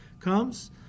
comes